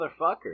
motherfucker